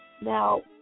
now